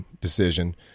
decision